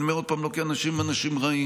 אני אומר עוד פעם: לא כי האנשים הם אנשים רעים,